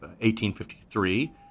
1853